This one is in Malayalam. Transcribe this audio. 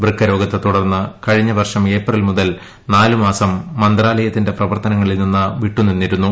വൃക്കരോഗത്തെ തുടർന്ന് കഴിഞ്ഞ വർഷം ് ഏപ്രിൽ മുതൽ നാലു മാസം മന്ത്രാലയത്തിന്റെ പ്രവർത്തനങ്ങളിൽ നിന്ന് വിട്ടുനിന്നിരുന്നു